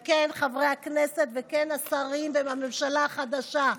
וכן, חברי הכנסת, וכן, השרים והממשלה החדשה,